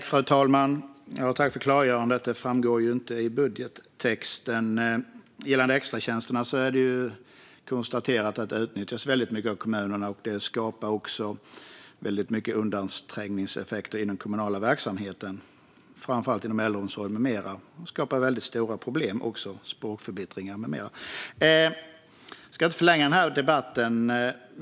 Fru talman! Jag tackar för klargörandet. Det framgår inte i budgettexten. Gällande extratjänsterna kan man konstatera att de utnyttjas väldigt mycket av kommunerna, och det skapar också väldigt många undanträngningseffekter inom den kommunala verksamheten och framför allt inom äldreomsorgen med mera. Det skapar också väldigt stora problem - språkförbistring med mera. Jag ska inte förlänga denna debatt.